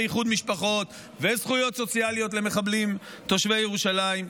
איחוד משפחות וזכויות סוציאליות למחבלים תושבי ירושלים.